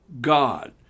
God